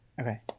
Okay